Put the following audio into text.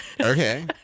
Okay